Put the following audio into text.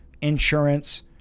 insurance